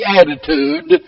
attitude